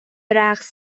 رقص